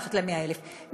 מתחת ל-100,000,